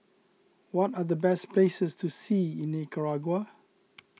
what are the best places to see in Nicaragua